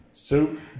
Soup